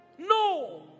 No